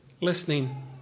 listening